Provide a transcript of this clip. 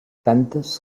tantes